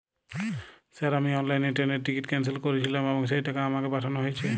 Sir আমি অনলাইনে ট্রেনের টিকিট ক্যানসেল করেছিলাম এবং সেই টাকা আমাকে পাঠানো হয়েছে?